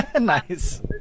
Nice